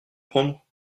prendre